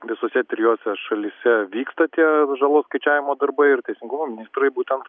visose trijose šalyse vyksta tie žalos skaičiavimo darbai ir teisingumo ministrai būtent